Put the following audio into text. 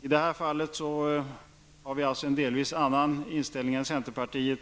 Vi har här en delvis annan inställning än centerpartiet.